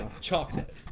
Chocolate